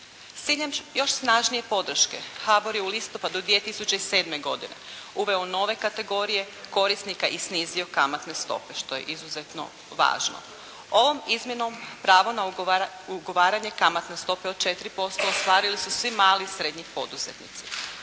ciljem još snažnije podrške HBOR je u listopadu 2007. godine uveo nove kategorije korisnika i snizio kamatne stope što je izuzetno važno. Ovom izmjenom pravo na ugovaranje kamatne stope od 4% ostvarili su svi mali i srednji poduzetnici.